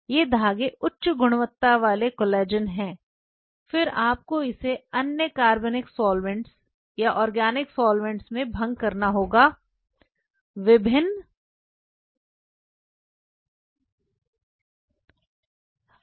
ये धागे उच्च गुणवत्ता वाले कोलेजन हैं फिर आपको इसे अन्य कार्बनिक सॉल्वैंट्स में भंग करना होगा